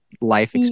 life